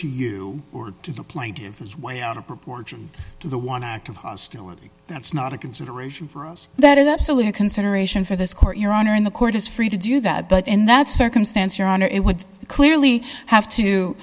to you or to the plaintiffs his way out of proportion to the one act of hostility that's not a consideration for us that is absolutely a consideration for this court your honor and the court is free to do that but in that circumstance your honor it would clearly have to